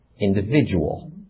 Individual